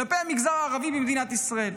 כלפי המגזר הערבי במדינת ישראל.